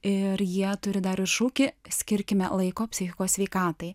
ir jie turi dar ir šūkį skirkime laiko psichikos sveikatai